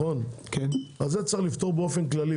אז את זה צריך לפתור באופן כללי,